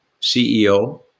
CEO